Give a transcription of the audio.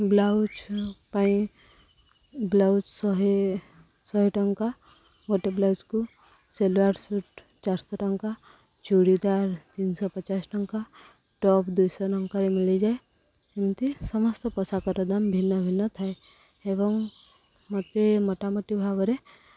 blouse ପାଇଁ blouse ଶହେ ଶହେ ଟଙ୍କା ଗୋଟେ ବ୍ଲାଉଜ୍କୁ ସେଲୱାର ସୁଟ୍ ଚାରିଶହ ଟଙ୍କା ଚୁଡ଼ିଦାର ତିନିଶହ ପଚାଶ ଟଙ୍କା ଟପ୍ ଦୁଇଶହ ଟଙ୍କାରେ ମିଳିଯାଏ ଏମିତି ସମସ୍ତ ପୋଷାକର ଦାମ ଭିନ୍ନ ଭିନ୍ନ ଥାଏ ଏବଂ ମୋତେ ମୋଟା ମୋଟି ଭାବରେ